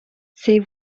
ses